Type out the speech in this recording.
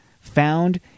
found